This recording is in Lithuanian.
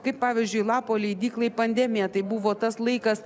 kaip pavyzdžiui lapo leidyklai pandemija tai buvo tas laikas